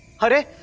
hurray.